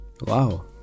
Wow